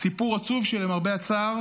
סיפור עצוב שלמרבה הצער